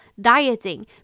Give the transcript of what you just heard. dieting